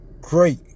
great